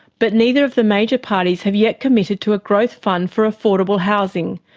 but neither of the major parties have yet committed to a growth fund for affordable housing,